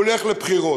הוא הולך לבחירות.